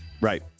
Right